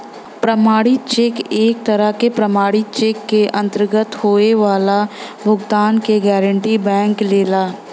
प्रमाणित चेक एक तरह क प्रमाणित चेक के अंतर्गत होये वाला भुगतान क गारंटी बैंक लेला